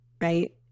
Right